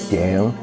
down